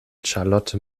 charlotte